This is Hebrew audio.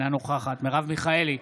אינה נוכחת מרב מיכאלי,